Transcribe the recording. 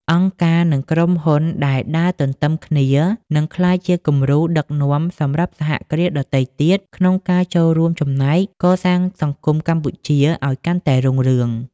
អង្គការ និងក្រុមហ៊ុនដែលដើរទន្ទឹមគ្នា នឹងក្លាយជាគំរូដឹកនាំសម្រាប់សហគ្រាសដទៃទៀត ក្នុងការចូលរួមចំណែកកសាងសង្គមកម្ពុជាឱ្យកាន់តែរុងរឿង។